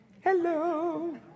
Hello